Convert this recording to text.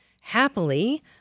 happily